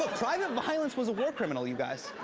ah private violence was a war criminal, you guys.